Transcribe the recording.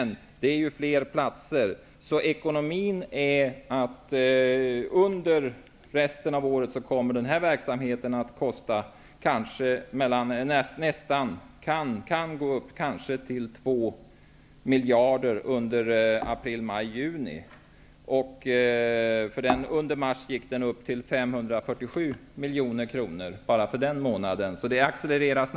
Men det är ju fråga om fler platser. Kostnaderna för verksamheten under april--juni kan komma att uppgå till 2 miljarder. Under mars månad ökade kostnaderna till 547 miljoner kronor, så det är en snabb acceleration.